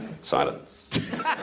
Silence